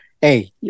Hey